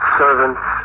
servants